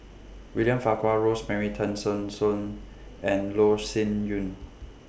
William Farquhar Rosemary Tessensohn and Loh Sin Yun